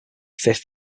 fifth